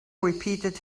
repeated